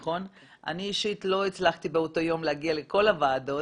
אני אישית לא הצלחתי באותו יום להגיע לכל הוועדות,